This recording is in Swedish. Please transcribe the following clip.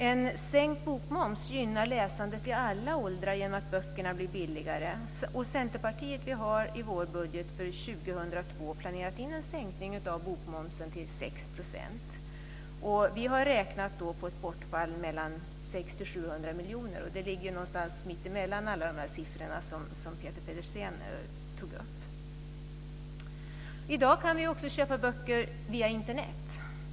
En sänkt bokmoms gynnar läsandet i alla åldrar genom att böckerna blir billigare. Centerpartiet har i sin budget för 2002 planerat in en sänkning av bokmomsen till 6 %. Vi har då räknat på ett bortfall på mellan 600 och 700 miljoner. Det ligger någonstans mellan alla de siffror som Peter Pedersen tog upp. I dag kan du också köpa böcker via Internet.